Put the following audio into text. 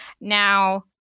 Now